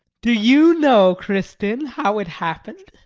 do you know, kristin, how it happened?